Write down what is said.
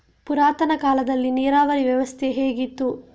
ಪುರಾತನ ಕಾಲದಲ್ಲಿ ನೀರಾವರಿ ವ್ಯವಸ್ಥೆ ಹೇಗಿತ್ತು?